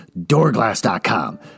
DoorGlass.com